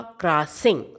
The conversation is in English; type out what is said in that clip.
crossing